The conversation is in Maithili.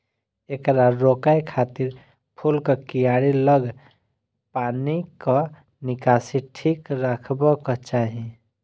एकरा रोकै खातिर फूलक कियारी लग पानिक निकासी ठीक रखबाक चाही